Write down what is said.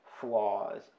flaws